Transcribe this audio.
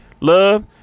love